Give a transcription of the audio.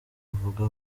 avuga